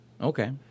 Okay